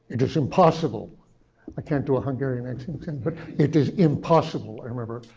it is impossible i can't do a hungarian accent and but it is impossible, i remember,